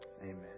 Amen